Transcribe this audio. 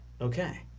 Okay